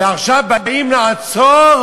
ועכשיו באים לעצור